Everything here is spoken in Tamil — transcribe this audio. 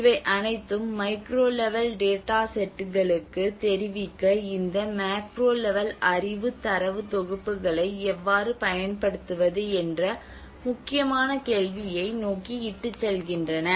இவை அனைத்தும் மைக்ரோ லெவல் டேட்டா செட்களுக்கு தெரிவிக்க இந்த மேக்ரோ லெவல் அறிவு தரவுத் தொகுப்புகளை எவ்வாறு பயன்படுத்துவது என்ற முக்கியமான கேள்வியை நோக்கி இட்டுச் செல்கின்றன